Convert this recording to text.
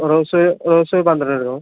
rose rose പന്ത്രണ്ടെണ്ണം എടുക്കണം